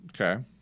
Okay